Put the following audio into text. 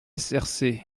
src